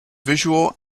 visual